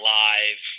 live